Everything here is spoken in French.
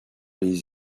les